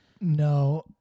No